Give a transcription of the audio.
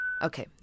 Okay